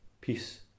Peace